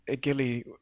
Gilly